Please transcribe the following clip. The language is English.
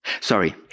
sorry